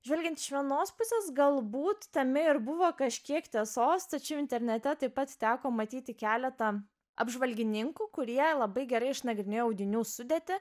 žvelgiant iš vienos pusės galbūt tame ir buvo kažkiek tiesos tačiau internete taip pat teko matyti keletą apžvalgininkų kurie labai gerai išnagrinėję audinių sudėtį